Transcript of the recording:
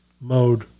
mode